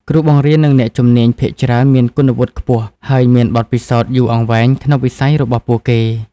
គ្រូបង្រៀននិងអ្នកជំនាញភាគច្រើនមានគុណវុឌ្ឍិខ្ពស់ ហើយមានបទពិសោធន៍យូរអង្វែងក្នុងវិស័យរបស់ពួកគេ។